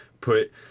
put